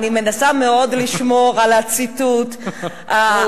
אני מנסה מאוד לשמור על הציטוט המדויק,